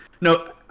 No